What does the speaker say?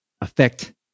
affect